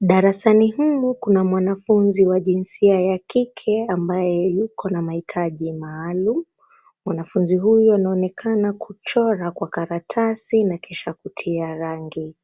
Darasani humu kuna mwanafunzi wa jinsia ya kike ambaye yuko na mahitaji maalum. Mwanafunzi huyo anaonekana kuchora kwa karatasi na kisha kutia rangi.